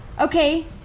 okay